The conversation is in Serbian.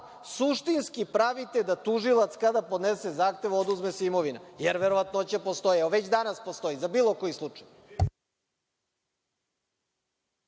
Suštinski pravite da kada tužilac podnese zahtev oduzme se imovina, jer verovatnoća postoji, a već danas postoji za bilo koji slučaj.